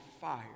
fire